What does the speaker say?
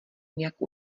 nějak